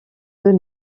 deux